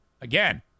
Again